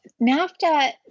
nafta